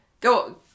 go